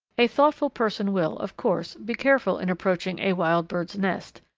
a thoughtful person will, of course, be careful in approaching a wild bird's nest,